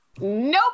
Nope